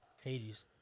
Hades